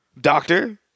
doctor